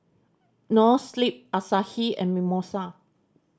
Noa Sleep Asahi and Mimosa